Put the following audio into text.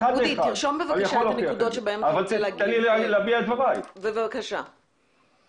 שיש בתחנות הניטור עלייה בזיהום